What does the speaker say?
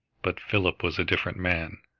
but philip was a different man.